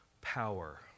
power